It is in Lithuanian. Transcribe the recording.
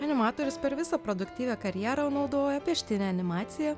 animatorius per visą produktyvią karjerą naudoja pieštinę animaciją